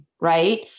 right